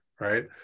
right